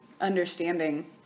understanding